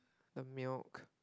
the milk